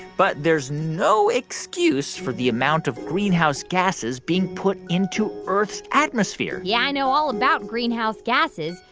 but there's no excuse for the amount of greenhouse gases being put into earth's atmosphere yeah, i know all about greenhouse gases.